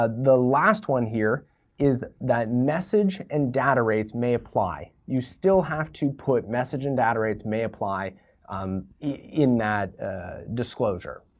ah the last one here is that that message and data rates may apply. you still have to put message and data rates may apply um in that disclosure.